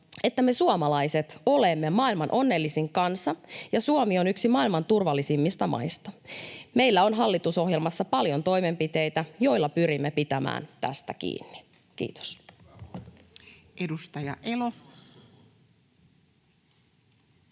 että me suomalaiset olemme maailman onnellisin kansa ja Suomi on yksi maailman turvallisimmista maista. Meillä on hallitusohjelmassa paljon toimenpiteitä, joilla pyrimme pitämään tästä kiinni. — Kiitos. [Speech 474]